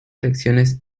lecciones